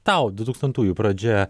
tau du tūkstantųjų pradžia